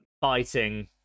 fighting